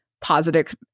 positive